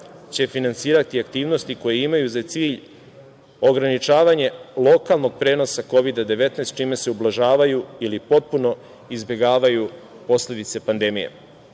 će finansirati aktivnosti koje imaju za cilj ograničavanje lokalnog prenosa Kovida 19, čime se ublažavaju ili potpuno izbegavaju posledice pandemije. Ovaj